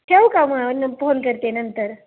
ठेवू का मग न फोन करते नंतर